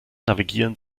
navigieren